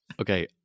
Okay